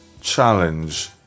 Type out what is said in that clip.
challenge